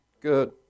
Good